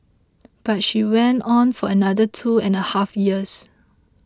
but she went on for another two and a half years